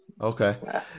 okay